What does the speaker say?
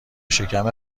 شکم